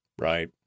right